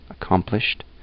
accomplished